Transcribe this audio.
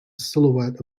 silhouette